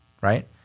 right